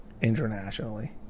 internationally